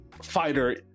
fighter